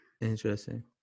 interesting